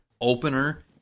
opener